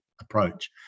approach